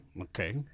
Okay